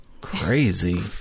crazy